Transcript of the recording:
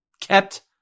kept